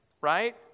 right